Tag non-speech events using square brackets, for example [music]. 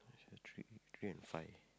[noise] three three and five